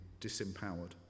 disempowered